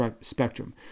spectrum